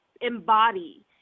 embody